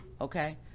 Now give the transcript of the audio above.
Okay